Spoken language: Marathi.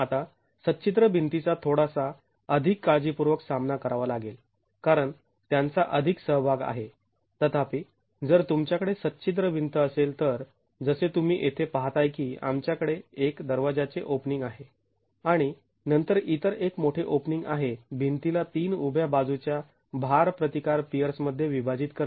आता सच्छिद्र भिंतींचा थोडासा अधिक काळजीपूर्वक सामना करावा लागेल कारण त्यांचा अधिक सहभाग आहे तथापि जर तुमच्याकडे सच्छिद्र भिंत असेल तर जसे तुम्ही येथे पाहताय की आमच्याकडे एक दरवाज्याचे ओपनिंग आहे आणि नंतर इतर एक मोठे ओपनिंग आहे भिंतीला ३ उभ्या बाजूच्या भार प्रतिकार पियर्स मध्ये विभाजीत करते